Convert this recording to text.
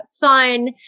fun